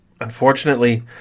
Unfortunately